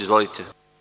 Izvolite.